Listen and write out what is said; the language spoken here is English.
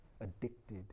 addicted